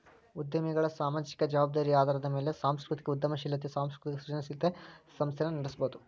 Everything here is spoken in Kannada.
ಉದ್ಯಮಿಗಳ ಸಾಮಾಜಿಕ ಜವಾಬ್ದಾರಿ ಆಧಾರದ ಮ್ಯಾಲೆ ಸಾಂಸ್ಕೃತಿಕ ಉದ್ಯಮಶೇಲತೆ ಸಾಂಸ್ಕೃತಿಕ ಸೃಜನಶೇಲ ಸಂಸ್ಥೆನ ನಡಸಬೋದು